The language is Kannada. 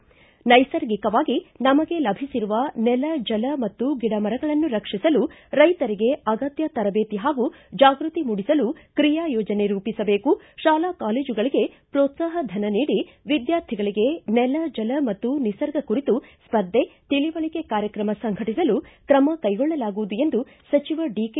ನೈಸರ್ಗಿಕವಾಗಿ ನಮಗೆ ಲಭಿಸಿರುವ ನೆಲ ಜಲ ಮತ್ತು ಗಿಡ ಮರಗಳನ್ನು ರಕ್ಷಿಸಲು ರೈತರಿಗೆ ಅಗತ್ಯ ತರಬೇತಿ ಹಾಗೂ ಜಾಗೃತಿ ಮೂಡಿಸಲು ಕ್ರಿಯಾ ಯೋಜನೆ ರೂಪಿಸಬೇಕು ಶಾಲಾ ಕಾಲೇಜುಗಳಿಗೆ ಪ್ರೋತ್ಸಾಹ ಧನ ನೀಡಿ ವಿದ್ಕಾರ್ಥಿಗಳಿಗೆ ನೆಲ ಜಲ ಮತ್ತು ನಿಸರ್ಗ ಕುರಿತು ಸ್ಪರ್ಧೆ ತಿಳಿವಳಿಕೆ ಕಾರ್ಯಕ್ರಮ ಸಂಘಟಿಸಲು ಕ್ರಮ ಕೈಗೊಳ್ಳಲಾಗುವುದು ಎಂದು ಸಚಿವ ಡಿಕೆ